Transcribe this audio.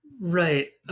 Right